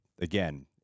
again